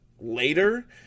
later